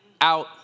out